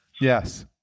Yes